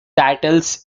titles